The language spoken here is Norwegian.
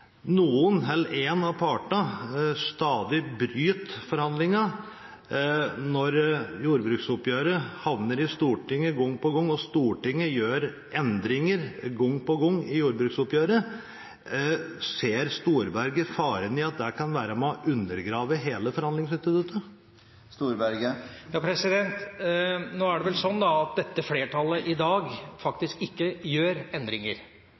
noen – eller en – av partene stadig bryter forhandlingene, når jordbruksoppgjøret gang på gang havner i Stortinget og Stortinget gang på gang gjør endringer i jordbruksoppgjøret, ser faren i at det kan være med på å undergrave hele forhandlingsinstituttet. Nå er det vel sånn at dette flertallet i dag faktisk ikke gjør endringer,